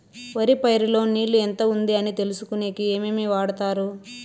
వరి పైరు లో నీళ్లు ఎంత ఉంది అని తెలుసుకునేకి ఏమేమి వాడతారు?